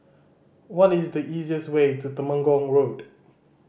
what is the easiest way to Temenggong Road